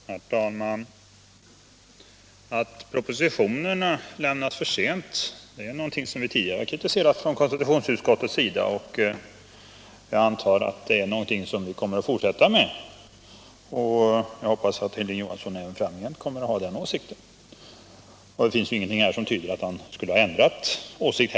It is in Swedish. Herr talman! Att propositionerna lämnas för sent är någonting som vi i konstitutionsutskottet tidigare har kritiserat, och jag antar att vi kommer att fortsätta med det. Jag hoppas att Hilding Johansson även framgent kommer att ha den åsikten, och det finns heller ingenting här som tyder på att han skulle ha ändrat mening.